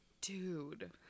Dude